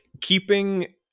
keeping